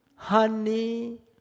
Honey